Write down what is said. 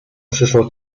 przyszło